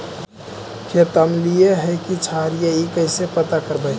खेत अमलिए है कि क्षारिए इ कैसे पता करबै?